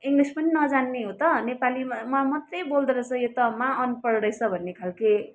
English पनि नजान्ने हो त नेपालीमा मात्रै बोल्दोरहेछ यो त महा अनपढ रहेछ भन्ने खालको